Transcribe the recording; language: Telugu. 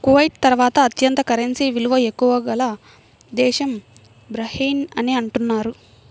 కువైట్ తర్వాత అత్యంత కరెన్సీ విలువ ఎక్కువ గల దేశం బహ్రెయిన్ అని అంటున్నారు